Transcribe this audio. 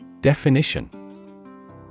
Definition